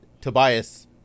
Tobias